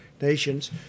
nations